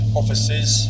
offices